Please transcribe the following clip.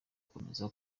gukomeza